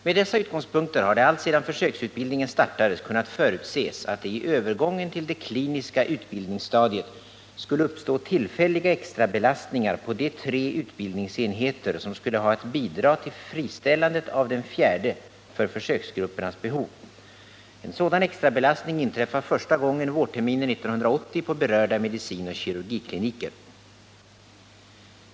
Med dessa utgångspunkter har det alltsedan försöksutbildningen startades kunnat förutses att det i övergången till det kliniska utbildningsstadiet skulle uppstå tillfälliga extrabelastningar på de tre utbildningsenheter som skulle ha att bidra till friställandet av den fjärde för försöksgruppernas behov. En sådan extrabelastning inträffar första gången vårterminen 1980 på berörda medicinoch kirurgikliniker.